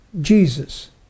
Jesus